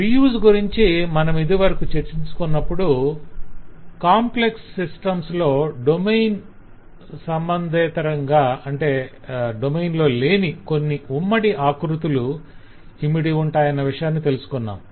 reuse గురించి మనమిదివరకు చర్చించుకున్నప్పుడు కాంప్లెక్స్ సిస్టమ్స్ లో డొమైన్ సంబంధేతరంగా కొన్ని ఉమ్మడి ఆకృతులు ఇమిడి ఉంటాయన్న విషయాన్ని తెలుసుకొన్నాం